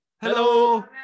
Hello